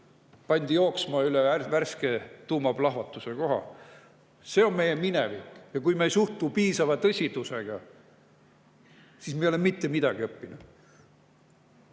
pandi jooksma üle värske tuumaplahvatuse koha. See on meie minevik ja kui me ei suhtu sellesse piisava tõsidusega, siis me ei ole mitte midagi õppinud.